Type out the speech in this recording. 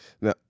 Now